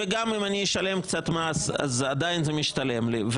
וגם אם אני אשלם קצת מס אז עדיין זה משתלם לי.